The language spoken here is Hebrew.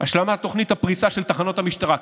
השלמת תוכנית הפריסה של תחנות המשטרה,